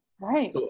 right